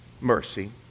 mercy